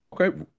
Okay